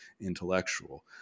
intellectual